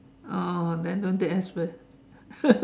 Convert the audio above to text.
oh then don't take express